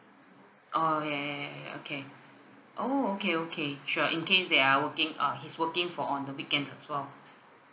orh ya ya ya ya ya okay oh okay okay sure in case they're working uh he's working for on the weekend as well